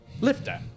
Lifter